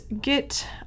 get